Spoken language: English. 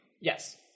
yes